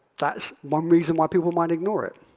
that's one reason why people might ignore it.